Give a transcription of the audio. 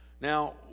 Now